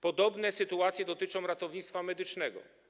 Podobne sytuacje dotyczą ratownictwa medycznego.